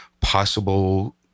possible